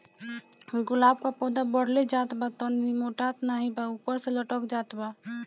गुलाब क पौधा बढ़ले जात बा टहनी मोटात नाहीं बा ऊपर से लटक जात बा?